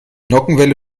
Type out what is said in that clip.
nockenwelle